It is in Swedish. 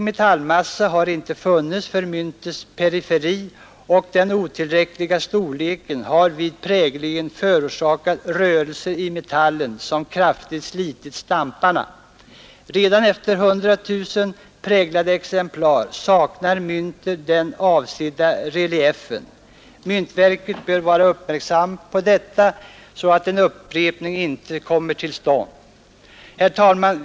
Metallmassan har inte räckt till för att fylla ut myntens periferi, och den otillräckliga storleken har vid präglingen förorsakat rörelser i metallen som kraftigt slitit stamparna. Redan efter 100 000 exemplar saknar mynten den avsedda reliefen. Myntverket bör vara uppmärksamt på detta, så att en upprepning nu inte kommer till stånd. Herr talman!